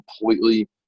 completely